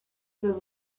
were